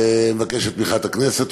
אני מבקש את תמיכת הכנסת.